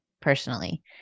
personally